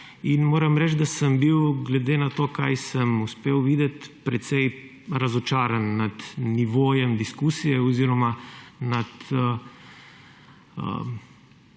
Moram reči, da sem bil glede na to, kaj sem uspel videti, precej razočaran nad nivojem diskusije oziroma nad